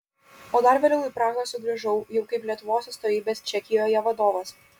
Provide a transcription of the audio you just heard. o dar vėliau į prahą sugrįžau jau kaip lietuvos atstovybės čekijoje vadovas